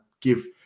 give